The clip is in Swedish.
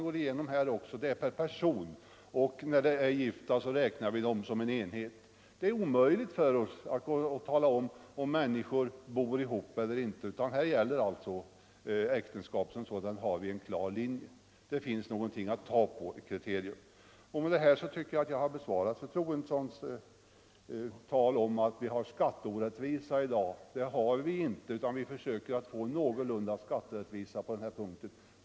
Avdraget får göras per person och när det gäller gifta räknar vi dem som en enhet. Det är omöjligt för oss att se efter om människor bor ihop eller inte, utan här gäller alltså äktenskapet som sådant. Vi har då en klar linje; det finns någonting att ta på, ett kriterium. Med detta tycker jag att jag har bemött fru Troedssons tal att vi har skatteorättvisa i dag. Det har vi inte, utan vi försöker få någorlunda rättvisa på den här punkten.